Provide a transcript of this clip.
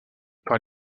par